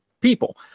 people